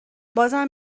بازم